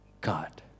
God